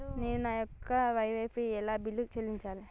నేను నా యొక్క వై ఫై కి ఎలా బిల్లు చెల్లించాలి?